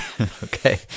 Okay